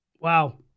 Wow